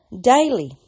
daily